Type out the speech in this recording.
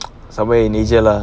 somewhere in asia lah